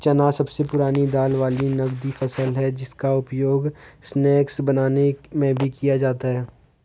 चना सबसे पुरानी दाल वाली नगदी फसल है जिसका उपयोग स्नैक्स बनाने में भी किया जाता है